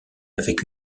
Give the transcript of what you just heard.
avec